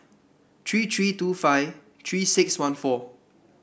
three three two five Three six one four